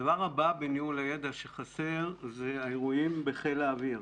הדבר הבא שחסר בניהול הידע אלה האירועים בחיל האוויר.